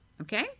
okay